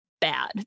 bad